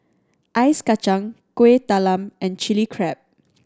Ice Kachang Kuih Talam and Chilli Crab